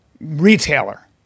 retailer